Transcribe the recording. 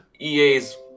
EA's